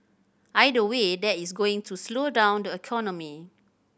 either way that is going to slow down the economy